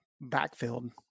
backfield